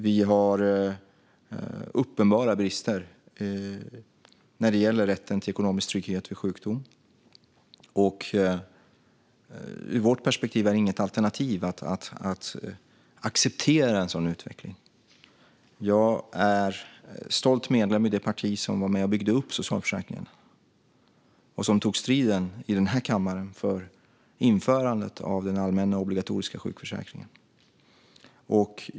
Det finns uppenbara brister när det gäller rätten till ekonomisk trygghet vid sjukdom. Ur vårt perspektiv är det inget alternativ att acceptera en sådan utveckling. Jag är stolt medlem i det parti som byggde upp socialförsäkringen och som tog striden i kammaren för införandet av den allmänna obligatoriska sjukförsäkringen.